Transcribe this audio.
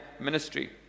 ministry